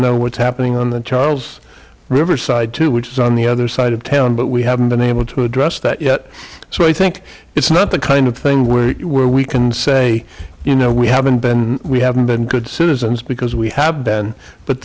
know what's happening on the charles river side too which is on the other side of town but we haven't been able to address that yet so i think it's not the kind of thing where we can say you know we haven't been we haven't been good citizens because we have been but